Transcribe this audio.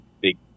big